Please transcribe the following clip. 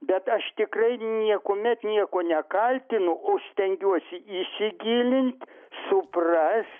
bet aš tikrai niekuomet nieko nekaltinu o stengiuosi įsigilint suprast